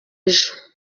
ejo